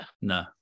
No